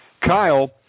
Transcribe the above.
Kyle